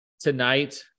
tonight